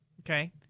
Okay